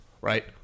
right